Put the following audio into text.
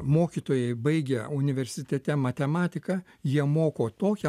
mokytojai baigę universitete matematiką jie moko tokią